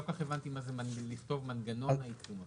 לא כל כך הבנתי מה זה מנגנון העיצום הכספי.